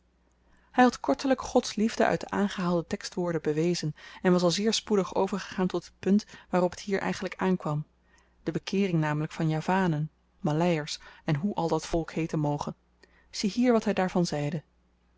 hy had kortelyk gods liefde uit de aangehaalde tekstwoorden bewezen en was al zeer spoedig overgegaan tot het punt waarop t hier eigenlyk aankwam de bekeering namelyk van javanen maleiers en hoe al dat volk heeten moge ziehier wat hy daarvan zeide